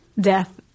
death